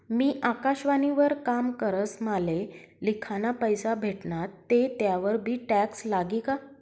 मी आकाशवाणी वर काम करस माले लिखाना पैसा भेटनात ते त्यावर बी टॅक्स लागी का?